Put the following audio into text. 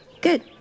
good